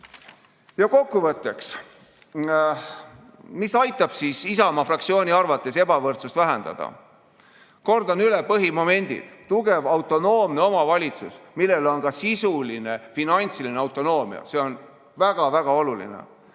Kokkuvõtteks. Mis aitab Isamaa fraktsiooni arvates ebavõrdsust vähendada? Kordan üle põhimomendid. Tugev autonoomne omavalitsus, millel on ka sisuline finantsiline autonoomia. See on väga-väga oluline.